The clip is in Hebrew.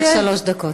לרשותך שלוש דקות.